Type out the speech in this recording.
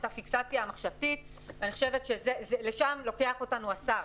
את הפיקססיה המחשבתית לשם לוקח אותנו השר.